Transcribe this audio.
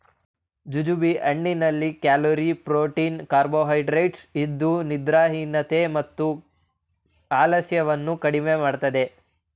jujube ಹಣ್ಣಿನಲ್ಲಿ calorie, protein carbohydrates ಇದ್ದು ನಿದ್ರಾಹೀನತೆ ಮತ್ತು ಆಲಸ್ಯವನ್ನು ಕಡಿಮೆ ಮಾಡುತ್ತೆ